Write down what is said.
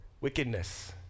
wickedness